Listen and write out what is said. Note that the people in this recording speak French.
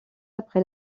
après